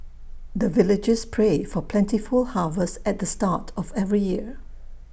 the villagers pray for plentiful harvest at the start of every year